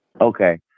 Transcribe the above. Okay